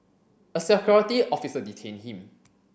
a security officer detained him